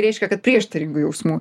reiškia kad prieštaringų jausmų